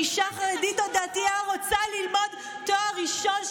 אם אישה חרדית או דתייה רוצה ללמוד תואר ראשון,